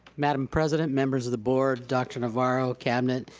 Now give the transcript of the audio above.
madame president, members of the board, doctor navarro, cabinet,